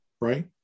Right